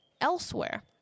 elsewhere